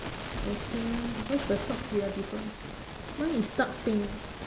okay because the socks we are different mine is dark pink